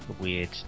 weird